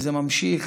וזה ממשיך,